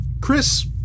chris